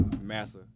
Massa